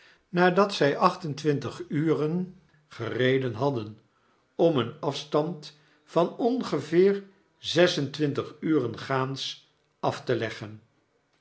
nadat zy acht en twintig uren gereden hadden om een afstand van ongeveer zes en twintig uren gaans af te leggen